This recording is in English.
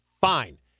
Fine